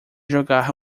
jogar